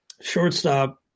shortstop